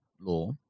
law